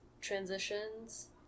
transitions